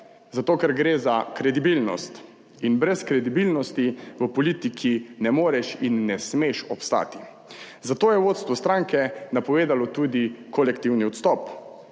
Zato, ker gre za kredibilnost in brez kredibilnosti v politiki ne moreš in ne smeš obstati. Zato je vodstvo stranke napovedalo tudi kolektivni odstop.